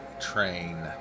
train